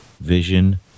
Vision